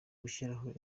gushyiraho